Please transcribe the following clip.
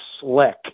slick